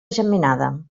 geminada